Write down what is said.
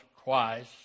twice